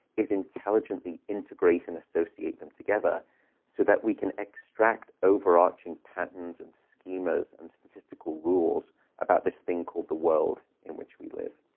is intelligently integrate and associate them together so that we can extract overarching patterns and schemas and statistical rules about this thing called the world in which we live.